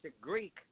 Greek